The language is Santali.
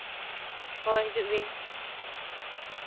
ᱦᱳᱭ ᱦᱤᱡᱩᱜ ᱵᱤᱱ